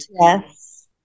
yes